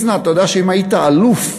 מצנע, אתה יודע שאם היית אלוף,